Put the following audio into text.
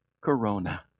corona